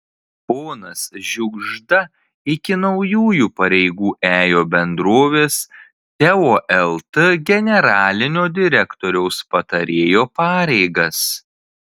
ponas žiugžda iki naujųjų pareigų ėjo bendrovės teo lt generalinio direktoriaus patarėjo pareigas